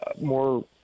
more